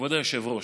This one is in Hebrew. כבוד היושב-ראש,